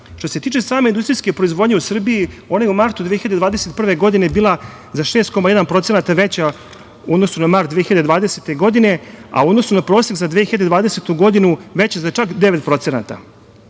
se tiče same industrijske proizvodnje u Srbiji, ona je u martu 2021. godine bila za 6,1% veća u odnosu na mart 2020. godine, a u odnosu na prosek za 2020. godinu veća za čak 9%.